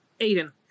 Aiden